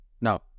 No